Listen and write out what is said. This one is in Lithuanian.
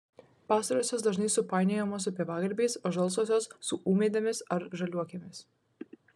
pastarosios dažnai supainiojamos su pievagrybiais o žalsvosios su ūmėdėmis ar žaliuokėmis